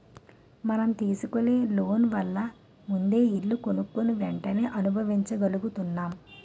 మనం తీసుకునే లోన్ వల్ల ముందే ఇల్లు కొనుక్కుని వెంటనే అనుభవించగలుగుతున్నాం